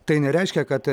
tai nereiškia kad